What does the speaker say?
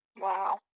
wow